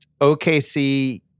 OKC